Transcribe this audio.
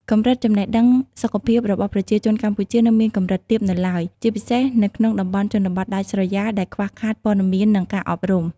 កម្រិតចំណេះដឹងសុខភាពរបស់ប្រជាជនកម្ពុជានៅមានកម្រិតទាបនៅឡើយ ជាពិសេសនៅក្នុងតំបន់ជនបទដាច់ស្រយាលដែលខ្វះខាតព័ត៌មាននិងការអប់រំ។